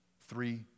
Three